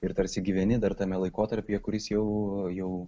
ir tarsi gyveni dar tame laikotarpyje kuris jau jau